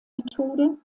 methode